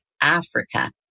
Africa